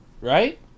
Right